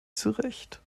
zurecht